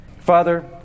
Father